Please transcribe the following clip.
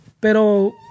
Pero